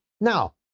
now